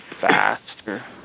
faster